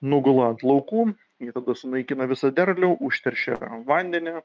nugula ant laukų jie tada sunaikina visą derlių užteršia vandenį